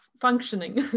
functioning